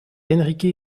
henrique